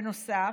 בנוסף,